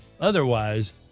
Otherwise